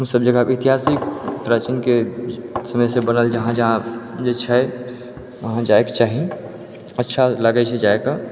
ओ सब जगह भी इतिहासिक शासनके समयसँ जे बनल जहाँ जहाँ जे छै वहाँ जाइके चाही अच्छा लागै छै जाके